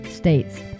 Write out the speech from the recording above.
States